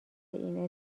این